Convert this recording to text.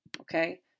Okay